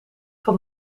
van